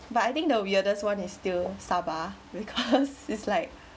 but I think the weirdest one is still sabah because it's like